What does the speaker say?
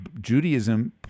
Judaism